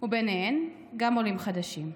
ובהן גם עולים חדשים.